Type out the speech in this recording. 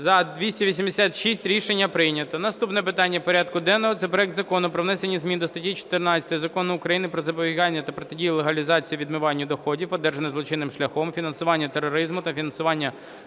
За-286 Рішення прийнято. Наступне питання порядку денного – це проект Закону про внесення змін до статті 14 Закону України "Про запобігання та протидію легалізації (відмиванню) доходів, одержаних злочинним шляхом, фінансуванню тероризму та фінансуванню